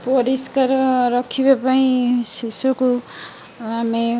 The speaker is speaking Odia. ପରିଷ୍କାର ରଖିବା ପାଇଁ ଶିଶୁକୁ ଆମେ